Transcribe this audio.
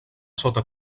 sota